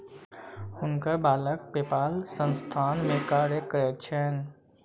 हुनकर बालक पेपाल संस्थान में कार्य करैत छैन